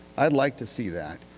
i'd like to see that.